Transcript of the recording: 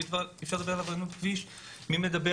אי אפשר לדבר על עבריינות כביש בלי לדבר